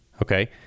Okay